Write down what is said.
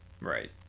Right